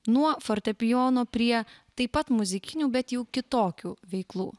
nuo fortepijono prie taip pat muzikinių bet jų kitokių veiklų